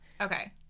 Okay